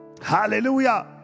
hallelujah